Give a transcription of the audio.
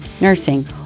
nursing